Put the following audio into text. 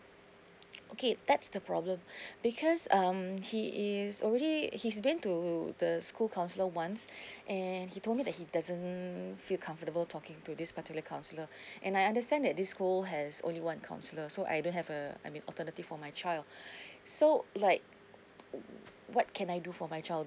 okay that's the problem because um he is already he's been to the school counsellor once and he told me that he doesn't feel comfortable talking to this particular counsellor and I understand that this school has only one counsellor so I don't have a I mean alternative for my child so like what can I do for my child